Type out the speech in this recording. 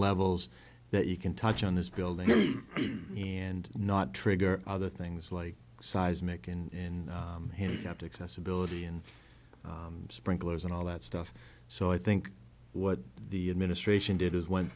levels that you can touch on this building and not trigger other things like seismic in handicapped accessibility and sprinklers and all that stuff so i think what the administration